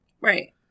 Right